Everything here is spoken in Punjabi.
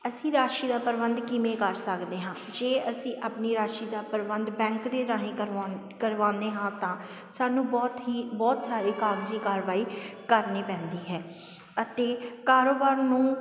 ਅਸੀਂ ਰਾਸ਼ੀ ਦਾ ਪ੍ਰਬੰਧ ਕਿਵੇਂ ਕਰ ਸਕਦੇ ਹਾਂ ਜੇ ਅਸੀਂ ਆਪਣੀ ਰਾਸ਼ੀ ਦਾ ਪ੍ਰਬੰਧ ਬੈਂਕ ਦੇ ਰਾਹੀਂ ਕਰਵਾਉਣ ਕਰਵਾਉਂਦੇ ਹਾਂ ਤਾਂ ਸਾਨੂੰ ਬਹੁਤ ਹੀ ਬਹੁਤ ਸਾਰੇ ਕਾਗਜ਼ੀ ਕਾਰਵਾਈ ਕਰਨੀ ਪੈਂਦੀ ਹੈ ਅਤੇ ਕਾਰੋਬਾਰ ਨੂੰ